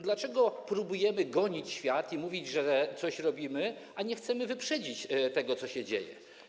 Dlaczego próbujemy gonić świat i mówić, że coś robimy, a nie chcemy wyprzedzić tego, co się dzieje?